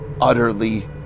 utterly